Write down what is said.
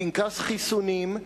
פנקס חיסונים,